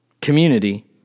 community